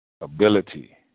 ability